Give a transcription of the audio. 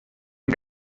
ein